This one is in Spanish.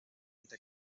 esta